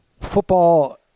football